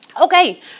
Okay